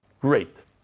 Great